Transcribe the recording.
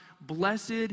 Blessed